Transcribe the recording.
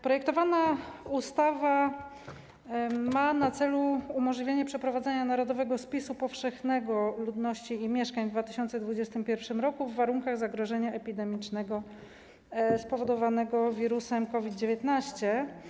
Projektowana ustawa ma na celu umożliwienie przeprowadzenia narodowego spisu powszechnego ludności i mieszkań w 2021 r. w warunkach zagrożenia epidemicznego spowodowanego wirusem COVID-19.